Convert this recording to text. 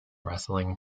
wrestling